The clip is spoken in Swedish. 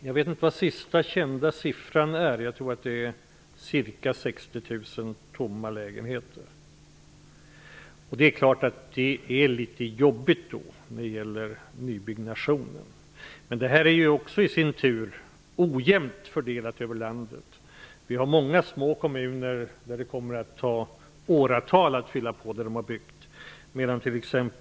Jag vet inte vad den sista kända siffran är, men jag tror att det finns ca 60 000 tomma lägenheter i dag. Det är klart att det då är litet besvärligt att sätta i gång med nybyggnationer. Men detta är också i sin tur ojämnt fördelat över landet. Vi har många små kommuner där det kommer att ta åratal att fylla på de bostäder som man har byggt.